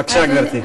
בבקשה, גברתי.